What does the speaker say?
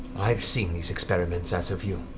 i've seen these experiments, as have you.